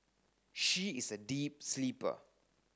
she is a deep sleeper